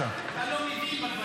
אתה לא הבנת.